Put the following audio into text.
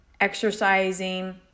exercising